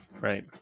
right